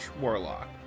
warlock